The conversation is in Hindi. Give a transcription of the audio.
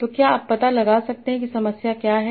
तो क्या आप पता लगा सकते हैं कि समस्या क्या है